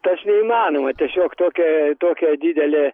tas neįmanoma tiesiog tokia tokia didelė